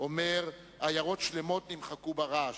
אומר: עיירות שלמות נמחקו ברעש.